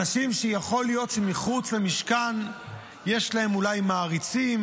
אנשים שיכול להיות שמחוץ למשכן יש להם אולי מעריצים,